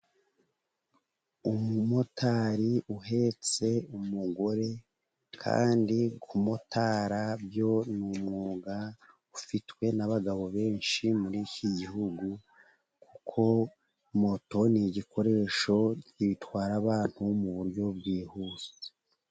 Umumotari uhetse umugore, kandi kumotara byo ni umwuga ufitwe n'abagabo benshi muri iki Gihugu, kuko moto ni igikoresho gitwara abantu mu buryo bwihuse.